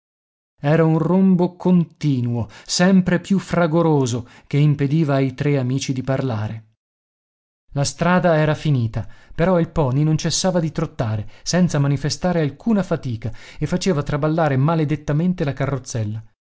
era un rombo continuo sempre più fragoroso che impediva ai tre amici di parlare la strada era finita però il poney non cessava di trottare senza manifestare alcuna fatica e faceva traballare maledettamente la carrozzella